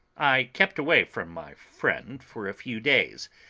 i kept away from my friend for a few days,